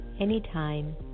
anytime